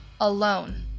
alone